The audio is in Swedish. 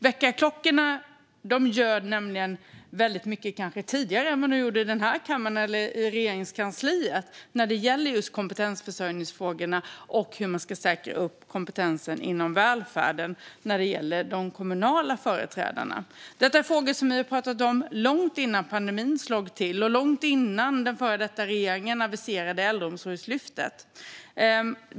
Väckarklockorna ljöd nämligen mycket tidigare där än vad de gjorde här i kammaren eller i Regeringskansliet när det gäller kompetensförsörjningsfrågorna och hur kompetensen inom välfärden ska säkras gällande de kommunala företrädarna. Detta är frågor som vi har pratat om långt innan pandemin slog till och långt innan den före detta regeringen aviserade Äldreomsorgslyftet.